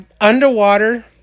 underwater